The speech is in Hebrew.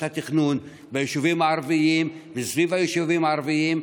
התכנון ביישובים הערביים וסביב היישובים הערביים,